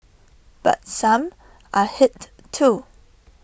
but some are hit too